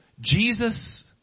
Jesus